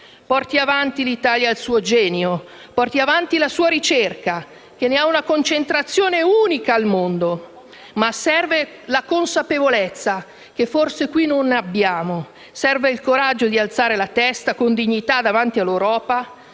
porti avanti il suo genio e la sua ricerca perché ne ha una concentrazione unica al mondo, ma serve una consapevolezza che forse qui non abbiamo. Serve il coraggio di alzare la testa con dignità davanti all'Europa;